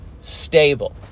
stable